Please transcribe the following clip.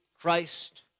Christ